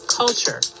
culture